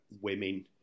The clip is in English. women